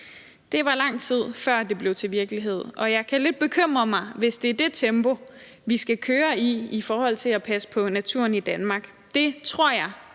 Der gik lang tid, før det blev til virkelighed, og jeg kan lidt bekymre mig, hvis det er det tempo, vi skal køre i, i forhold til at passe på naturen i Danmark. Det tror jeg